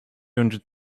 hundred